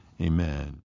Amen